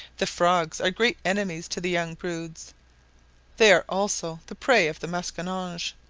the frogs are great enemies to the young broods they are also the prey of the masquinonge,